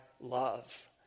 love